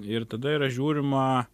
ir tada yra žiūrima